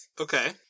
Okay